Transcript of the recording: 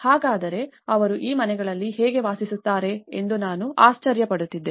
ಹಾಗಾದರೆ ಅವರು ಈ ಮನೆಗಳಲ್ಲಿ ಹೇಗೆ ವಾಸಿಸುತ್ತಾರೆ ಎಂದು ನಾನು ಆಶ್ಚರ್ಯ ಪಡುತ್ತಿದ್ದೆ